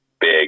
big